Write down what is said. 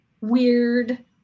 weird